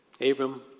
Abram